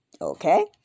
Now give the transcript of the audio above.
Okay